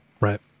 Right